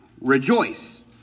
rejoice